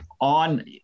on